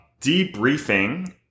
debriefing